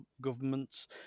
governments